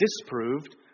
disproved